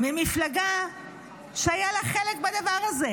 ממפלגה שהיה לה חלק בדבר הזה,